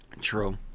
True